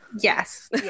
Yes